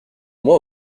moi